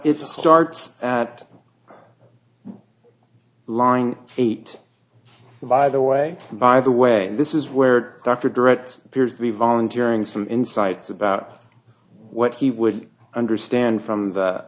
it's a start at line eight by the way by the way this is where dr direct appears to be volunteering some insights about what he would understand from the